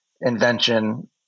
invention